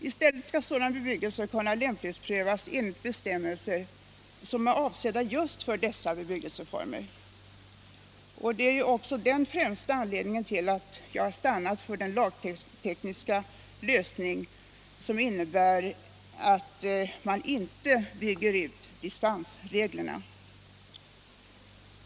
I stället skall sådan bebyggelse kunna lämplighetsprövas enligt bestämmelser som är avsedda just för dessa bebyggelseformer. Och det är ju också den främsta anledningen till att jag stannat för den lagtekniska lösning som innebär att man inte bygger ut dispensreglerna.